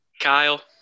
Kyle